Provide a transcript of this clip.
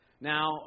Now